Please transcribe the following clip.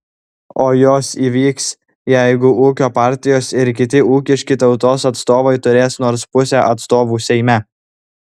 o jos įvyks jeigu ūkio partijos ir kiti ūkiški tautos atstovai turės nors pusę atstovų seime